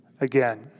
again